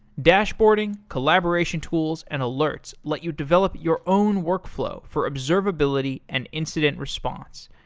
dashboarding, collaboration tools, and alerts let you develop your own workflow for observability and incident response.